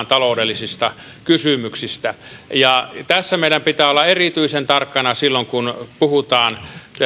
taloudellisista kysymyksistä tässä meidän pitää olla erityisen tarkkana silloin kun puhutaan